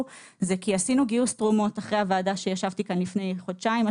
הוא כי עשינו גיוס תרומות אחרי הוועדה שהייתי בה לפני חודשיים.